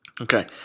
Okay